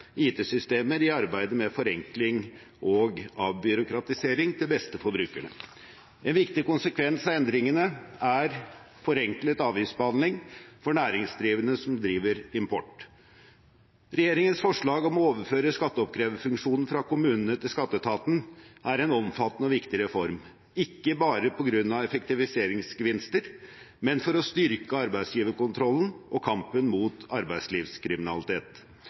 IT-systemer i arbeidet med forenkling og avbyråkratisering, til beste for brukerne. En viktig konsekvens av endringene er forenklet avgiftsbehandling for næringsdrivende som driver import. Regjeringens forslag om å overføre skatteoppkreverfunksjonen fra kommunene til skatteetaten innebærer en omfattende og viktig reform – ikke bare på grunn av effektiviseringsgevinster, men for å styrke arbeidsgiverkontrollen og kampen mot arbeidslivskriminalitet.